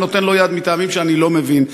שנותן לו יד מטעמים שאני לא מבין: